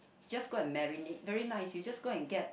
just go and marinate very nice you just go and get